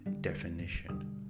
definition